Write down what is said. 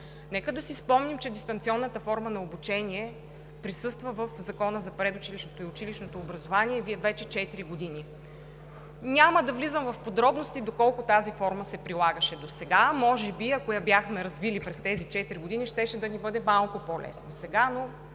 Нека да си спомним, че дистанционната форма на обучение присъства в Закона за предучилищното и училищното образование вече четири години. Няма да влизам в подробности доколко тази форма се прилагаше досега. Може би, ако я бяхме развили през тези четири години, сега щеше да ни върви малко по-лесно, но